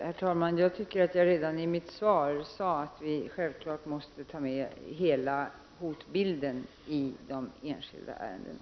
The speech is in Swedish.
Herr talman! Jag tycker att jag redan i mitt svar sade att vi självfallet måste ta med hela hotbilden i de enskilda ärendena.